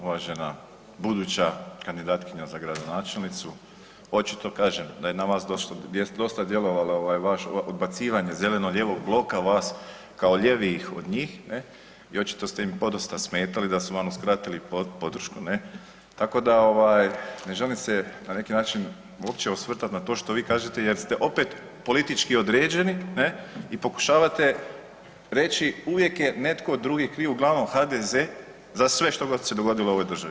Uvažena buduća kandidatkinja za gradonačelnicu očito kažem da je na vas dosta djelovalo ovo odbacivanje zeleno-lijevog bloka vas kao ljevijih od njih ne i očito ste im podosta smetali da su vam uskratili podršku, ne, tkao da ne želim se na neki način uopće osvrtati na to što vi kažete jer ste opet politički određeni, ne, i pokušavate reći uvijek je netko drugi kriv, uglavnom HDZ za sve što god se dogodilo u ovoj državi.